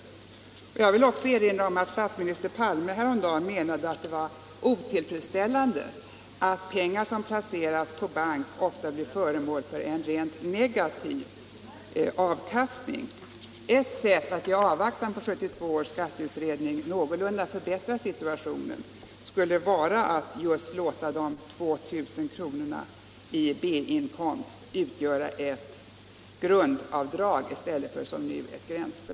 Dessutom vill jag erinra om att statsminister Palme häromdagen menade att det var otillfredsställande att pengar som placeras på bank ofta blir föremål för en rent negativ avkastning. Ett sätt att i avvaktan på 1972 års skatteutredning någorlunda förbättra situationen skulle vara att just låta de 2 000 kronorna i B-inkomst utgöra så att säga ett grundbelopp i stället för, som nu, ett gränsbelopp.